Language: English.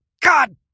God